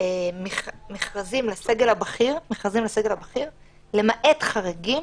מכרזים לסגל הבכיר, למעט חריגים,